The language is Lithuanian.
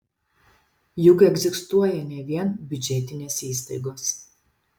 juk egzistuoja ne vien biudžetinės įstaigos